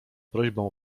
prośbą